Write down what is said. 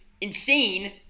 insane